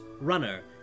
runner